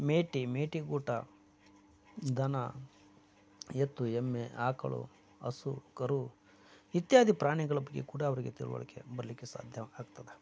ಮೇಟಿ ಮೇಟಿ ಕೂಟ ದನ ಎತ್ತು ಎಮ್ಮೆ ಆಕಳು ಹಸು ಕರು ಇತ್ಯಾದಿ ಪ್ರಾಣಿಗಳ ಬಗ್ಗೆ ಕೂಡ ಅವರಿಗೆ ತಿಳಿವಳಿಕೆ ಬರಲಿಕ್ಕೆ ಸಾಧ್ಯ ಆಗ್ತದೆ